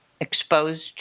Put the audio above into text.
exposed